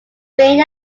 spain